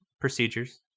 procedures